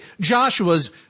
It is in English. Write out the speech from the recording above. Joshua's